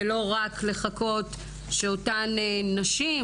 ולא רק לחכות שאותן נשים,